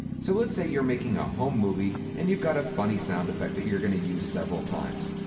so let's say you're making a home movie, and you've got a funny sound effect that you're going to use several times.